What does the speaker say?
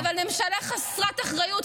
אבל ממשלה חסרת אחריות,